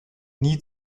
nie